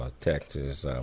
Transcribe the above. Texas